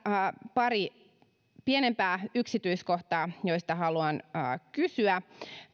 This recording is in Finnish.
pari pienempää yksityiskohtaa joista haluan kysyä